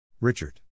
Richard